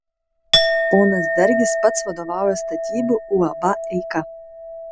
ponas dargis pats vadovauja statybų uab eika